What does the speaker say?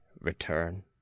return